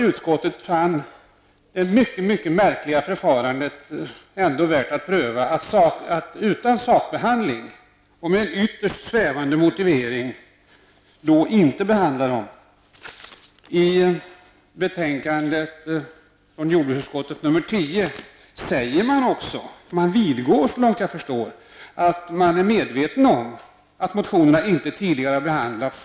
Utskottet fann det mycket märkliga förfarandet värt att pröva, att utan sakprövning och med en ytterst svävande motivering avstyrka dessa motioner utan behandling. I jordbruksutskottets betänkande nr 10 vidgår också utskottet, såvitt jag förstår, att man är medveten om att motionerna inte tidigare har behandlats.